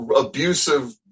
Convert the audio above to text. abusive